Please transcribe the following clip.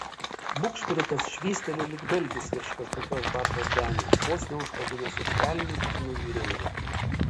bugšpritas švysteli lyg dalgis virš kažkokios baržos denio vos neužkabinęs už kelnių kinų jūreivio